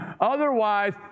Otherwise